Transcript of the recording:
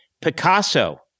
Picasso